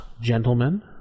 gentlemen